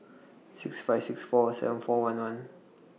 six five six four seven four one one